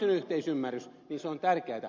se on tärkeätä